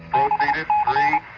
i